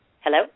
Hello